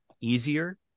easier